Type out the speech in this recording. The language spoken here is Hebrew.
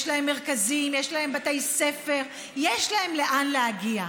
יש להם מרכזים, יש להם בתי ספר, יש להם לאן להגיע.